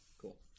Cool